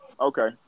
Okay